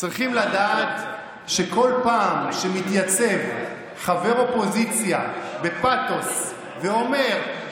הם צריכים לדעת שבכל פעם שמתייצב חבר אופוזיציה בפתוס ואומר,